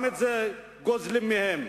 גם את זה גוזלים מהם.